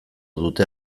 dute